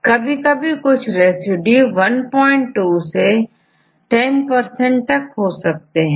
छात्र 5 कभी कभी कुछ रेसिड्यू12 और कुछ10 तक हो सकते हैं